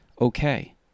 Okay